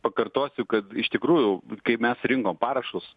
pakartosiu kad iš tikrųjų kai mes rinkom parašus